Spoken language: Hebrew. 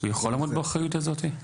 הוא יכול לעמוד באחריות הזאת?